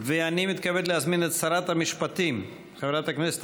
אני מתכבד להזמין את שרת המשפטים חברת הכנסת